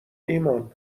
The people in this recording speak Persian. ایمان